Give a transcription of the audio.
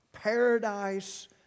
Paradise